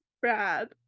Brad